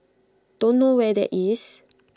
don't know where that is